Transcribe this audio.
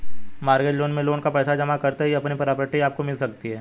mortgage loan में loan का पैसा जमा करते ही अपनी प्रॉपर्टी आपको मिल सकती है